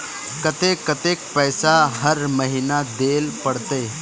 केते कतेक पैसा हर महीना देल पड़ते?